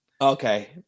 Okay